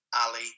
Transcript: Ali